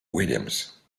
williams